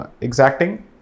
exacting